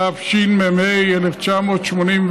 התשמ"ה 1985,